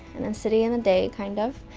and then city in the day, kind of.